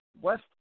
West